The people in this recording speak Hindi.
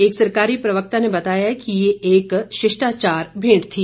एक सरकारी प्रवक्ता ने बताया कि ये एक शिष्टाचार भेंट थी